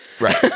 Right